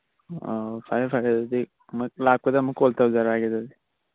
ꯑ ꯐꯔꯦ ꯐꯔꯦ ꯑꯗꯨꯗꯤ ꯑꯃꯨꯛ ꯂꯥꯛꯄꯗ ꯑꯃꯨꯛ ꯀꯣꯜ ꯇꯧꯖꯔꯛꯑꯒꯦ ꯑꯗꯨꯗꯤ